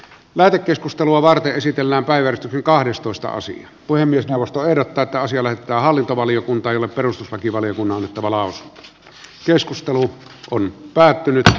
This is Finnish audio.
lähetekeskustelua varten esitellään päivä kahdestoista osin puhemiesneuvosto ehdottaa että siellä hallintovaliokunta ja perustuslakivaliokunnan mittavalaus keskustelu on päättynyt